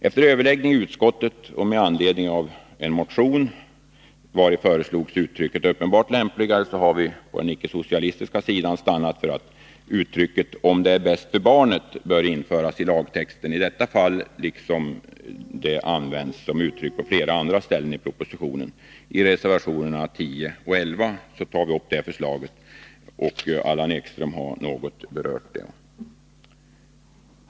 Efter överläggning i utskottet med anledning av en motion vari föreslås uttrycket ”uppenbart lämpligare”, har vi på icke-socialistiska sidan stannat för att uttrycket vad som är ”bäst för barnet” bör införas i lagtexten i detta fall, liksom det uttrycket används på flera andra ställen i propositionens förslag till lagtext. I reservationerna 10 och 11 tar vi upp detta förslag, vilket Allan Ekström har berört något.